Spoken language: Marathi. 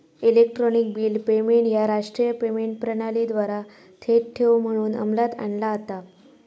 इलेक्ट्रॉनिक बिल पेमेंट ह्या राष्ट्रीय पेमेंट प्रणालीद्वारा थेट ठेव म्हणून अंमलात आणला जाता